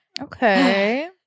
Okay